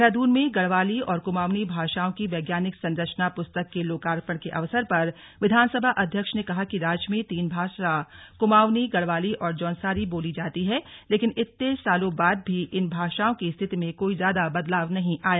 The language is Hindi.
देहरादून में गढ़वाली और कुमाऊनी भाषाओं की वैज्ञानिक संरचना पुस्तक के लोकार्पण के अवसर पर विधानसभा अध्यक्ष ने कहा कि राज्य में तीन भाषा कुमाऊंनी गढ़वाली और जौनसारी बोली जाती है लेकिन इतने सालों बाद भी इन भाषाओं की स्थिति में कोई ज्यादा बदलाव नहीं आया